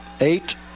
eight